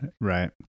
Right